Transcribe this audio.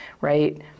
right